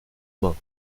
mains